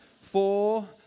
four